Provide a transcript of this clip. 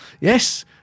Yes